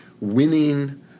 winning